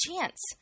chance